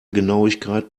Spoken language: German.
genauigkeit